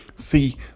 see